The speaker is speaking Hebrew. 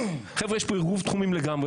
חבר'ה, יש פה עירוב תחומים לגמרי.